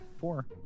Four